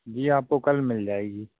जी आपको कल मिल जाएगी